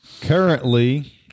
Currently